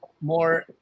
more